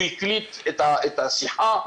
הוא הקליט את השיחה,